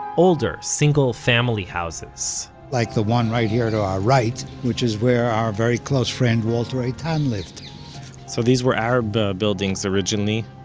older, single family houses like the one right here to our right, which is where our very close friend walter eytan lived so these were arab buildings originally,